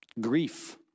Grief